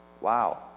Wow